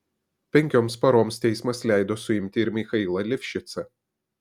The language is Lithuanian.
penkioms paroms teismas leido suimti ir michailą livšicą